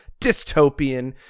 dystopian